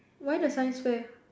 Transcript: why the sign say